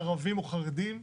ערבים או חרדים.